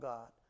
God